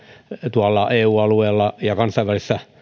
tuolla eu alueella ja kansainvälisessä